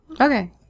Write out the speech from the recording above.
Okay